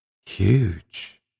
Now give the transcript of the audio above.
Huge